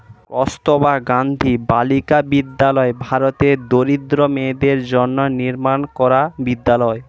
কস্তুরবা গান্ধী বালিকা বিদ্যালয় ভারতের দরিদ্র মেয়েদের জন্য নির্মাণ করা বিদ্যালয়